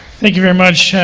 thank you very much,